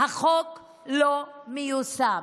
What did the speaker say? החוק לא מיושם.